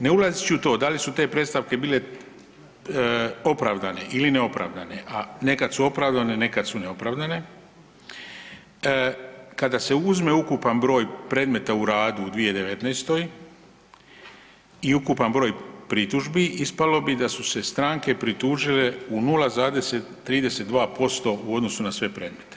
Ne ulazeći u to da li su te predstavke bile opravdane ili neopravdane, a nekad su opravdane, nekad su neopravdane, kada se uzme ukupan broj predmeta u radu u 2019. i ukupan broj pritužbi ispalo bi da su se stranke pritužile u 0,32% u odnosu na sve predmete.